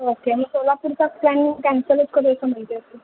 okay मी सोलापूरचा plan कॅन्सलच करायचं म्हणते असं